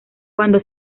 cuando